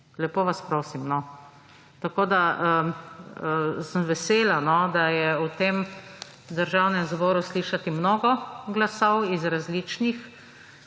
Lepo vas prosim, no! Tako sem vesela, da je v tem državnem zboru slišati mnogo glasov iz različnih